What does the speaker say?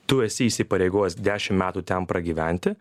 tu esi įsipareigojęs dešimt metų ten pragyventi